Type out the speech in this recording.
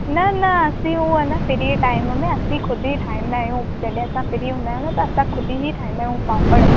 न न असीं उहो अन फ़्री टाइम में असीं खुद ई ठाहींदा आहियूं जॾहिं असां फ़्री हूंदा आहियूं त असां खुद ई ठाहींदा आहियूं पापड़